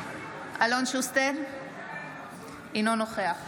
אינו נוכח